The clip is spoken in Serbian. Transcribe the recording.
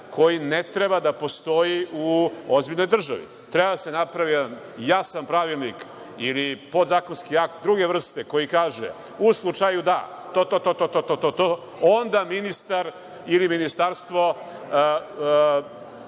koji ne treba da postoji u ozbiljnoj državi. Treba da se napravi jedan jasan pravilnik ili podzakonski akt druge vrste koji kaže - u slučaju da, to, to, to, onda ministar ili ministarstvo